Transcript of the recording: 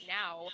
now